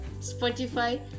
Spotify